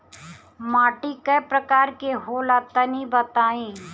माटी कै प्रकार के होला तनि बताई?